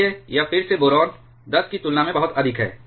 इसलिए यह फिर से बोरान 10 की तुलना में बहुत अधिक है